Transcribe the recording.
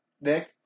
Nick